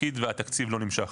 והתקציב לא נמשך.